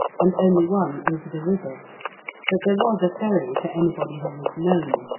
and only one over the river but there was a ferry for anybody who was known.